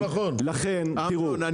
כלכלה --- אמנון,